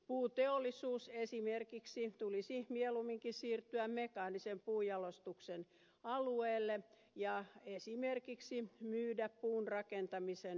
puuteollisuuden esimerkiksi tulisi mieluumminkin siirtyä mekaanisen puunjalostuksen alueelle ja esimerkiksi myydä puurakentamisen know howta